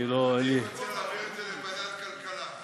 אני מציע להעביר את זה לוועדת כלכלה.